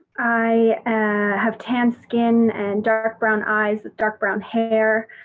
i have tanned skin and dark-brown eyes with dark-brown hair.